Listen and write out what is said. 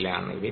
എച്ചിലാണ്